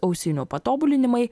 ausinių patobulinimai